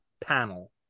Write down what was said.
panel